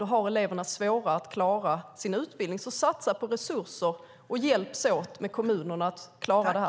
Då har eleverna svårare att klara sin utbildning. Satsa alltså på resurser, och hjälps åt med kommunerna att klara detta!